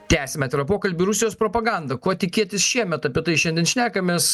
tęsiame pokalbį rusijos propaganda ko tikėtis šiemet apie tai šiandien šnekamės